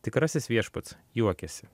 tikrasis viešpats juokiasi